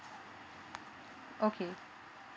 okay